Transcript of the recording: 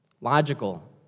logical